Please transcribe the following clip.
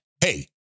hey